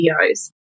Videos